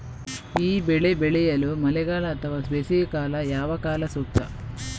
ಈ ಬೆಳೆ ಬೆಳೆಯಲು ಮಳೆಗಾಲ ಅಥವಾ ಬೇಸಿಗೆಕಾಲ ಯಾವ ಕಾಲ ಸೂಕ್ತ?